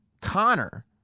Connor